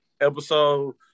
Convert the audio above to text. episode